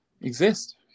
exist